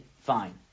fine